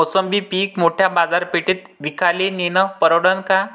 मोसंबी पीक मोठ्या बाजारपेठेत विकाले नेनं परवडन का?